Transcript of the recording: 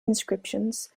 inscriptions